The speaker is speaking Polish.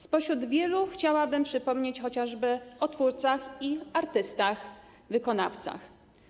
Spośród wielu chciałabym przypomnieć chociażby o twórcach i artystach wykonawcach.